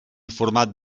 format